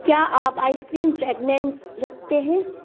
क्या आप ice cream fragrance रखते हैं